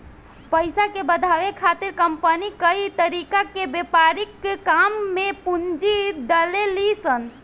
पइसा के बढ़ावे खातिर कंपनी कई तरीका के व्यापारिक काम में पूंजी डलेली सन